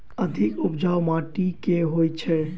अधिक उपजाउ माटि केँ होइ छै?